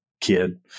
kid